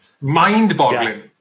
Mind-boggling